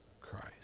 Christ